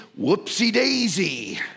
whoopsie-daisy